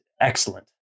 excellent